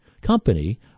company